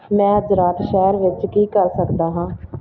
ਮੈਂ ਅੱਜ ਰਾਤ ਸ਼ਹਿਰ ਵਿੱਚ ਕੀ ਕਰ ਸਕਦਾ ਹਾਂ